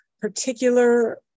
particular